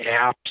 apps